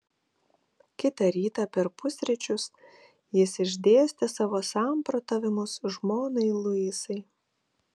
kitą rytą per pusryčius jis išdėstė savo samprotavimus žmonai luisai